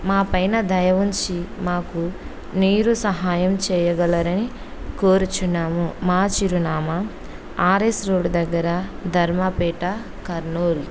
మా పైన దయవంచి మాకు నీరు సహాయం చేయగలని కోరుచున్నాము మా చిరునామా ఆర్ఎస్ రోడ్ దగ్గర ధర్మాపేట కర్నూల్